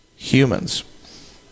humans